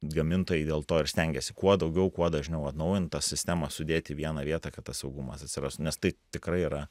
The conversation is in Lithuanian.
gamintojai dėl to ir stengiasi kuo daugiau kuo dažniau atnaujint tas sistemas sudėt į vieną vietą kad tas saugumas atsiras nes tai tikrai yra